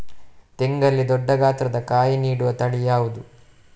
ತೆಂಗಲ್ಲಿ ದೊಡ್ಡ ಗಾತ್ರದ ಕಾಯಿ ನೀಡುವ ತಳಿ ಯಾವುದು?